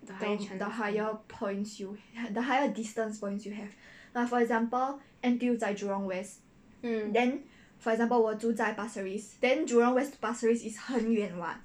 then the higher points you the higher distance points you have like for example N_T_U 在 jurong west then for example 我住在 pasir ris then jurong west to pasir ris is 很远 [what]